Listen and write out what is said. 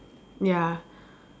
ya